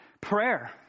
Prayer